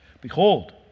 Behold